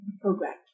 program